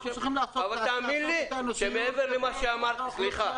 צריכים לעשות איתנו סיור.